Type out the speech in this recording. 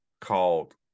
called